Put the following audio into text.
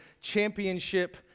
championship